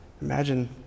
Imagine